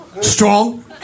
strong